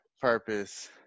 Purpose